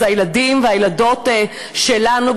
אלה הילדים והילדות שלנו,